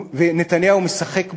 נתניהו משחק בו.